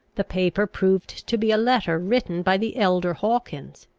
the paper proved to be a letter written by the elder hawkins,